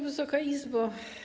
Wysoka Izbo!